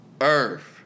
earth